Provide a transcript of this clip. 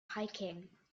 hiking